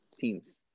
teams